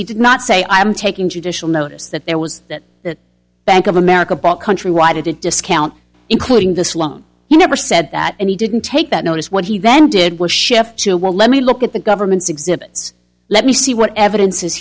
he did not say i am taking judicial notice that there was that the bank of america bought countrywide at a discount including the sloan he never said that and he didn't take that notice what he then did was shift to well let me look at the government's exhibits let me see what evidence is